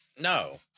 No